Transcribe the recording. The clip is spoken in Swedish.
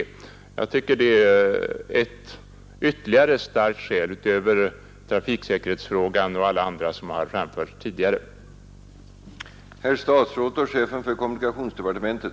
Jag tycker som sagt att det är ytterligare ett starkt skäl utöver trafiksäkerhetsfrågan och andra skäl som tidigare anförts.